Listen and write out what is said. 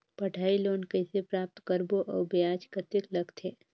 पढ़ाई लोन कइसे प्राप्त करबो अउ ब्याज कतेक लगथे?